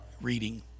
reading